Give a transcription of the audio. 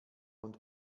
und